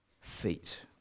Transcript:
feet